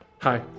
Hi